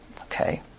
Okay